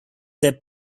their